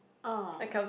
oh